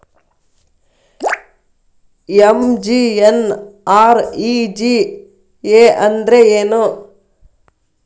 MGNREGA ಅಂದ್ರೆ ಏನು?